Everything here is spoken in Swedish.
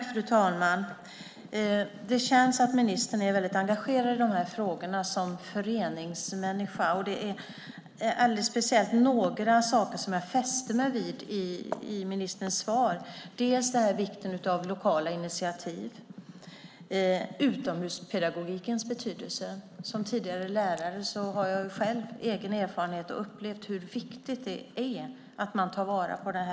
Fru talman! Det känns att ministern är väldigt engagerad i de här frågorna som föreningsmänniska. Det är alldeles speciellt några saker som jag fäste mig vid i ministerns svar. Det gäller vikten av lokala initiativ och utomhuspedagogikens betydelse. Som tidigare lärare har jag själv egen erfarenhet av och har upplevt hur viktigt det är att man tar vara på detta.